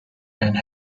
and